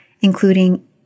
including